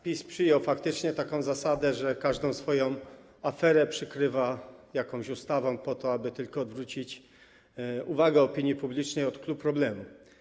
PiS przyjął faktycznie taką zasadę, że każdą swoją aferę przykrywa jakąś ustawą tylko po to, aby odwrócić uwagę opinii publicznej od clou problemu.